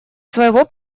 своего